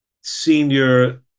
senior